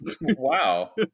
Wow